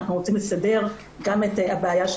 אנחנו רוצים לסדר גם את הבעיה,